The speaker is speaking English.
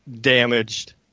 damaged